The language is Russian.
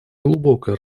глубокое